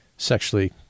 Sexually